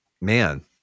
Man